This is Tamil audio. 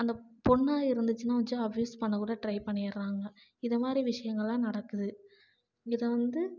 அந்த பொண்ணாக இருந்திச்சின்னால் வச்சி அப்யூஸ் பண்ண கூட ட்ரை பண்ணிடுறாங்க இதமாதிரி விஷயங்கள்லாம் நடக்குது இதை வந்து